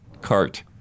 cart